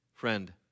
Friend